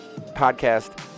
podcast